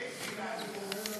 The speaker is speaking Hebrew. זה הביא לעלייה.